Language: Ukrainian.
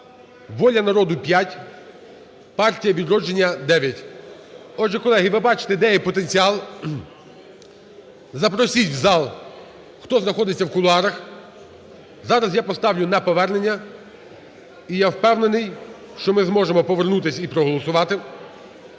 "Воля народу" – 5, "Партія "Відродження" – 9. Отже, колеги, ви бачите, де є потенціал. Запросіть в зал, хто знаходиться в кулуарах. Зараз я поставлю на повернення, і я впевнений, що ми зможемо повернутися і проголосувати.